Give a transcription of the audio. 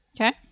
Okay